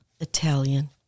Italian